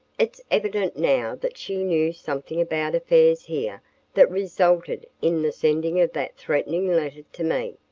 it's evident now that she knew something about affairs here that resulted in the sending of that threatening letter to me,